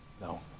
No